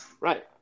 Right